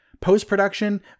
post-production